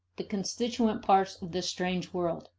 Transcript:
the constituent parts of this strange world.